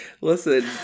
Listen